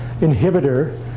inhibitor